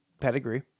pedigree